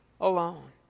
alone